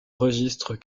registre